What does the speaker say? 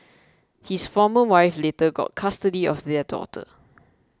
his former wife later got custody of their daughter